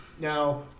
Now